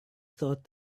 thought